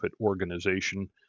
organization